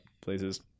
places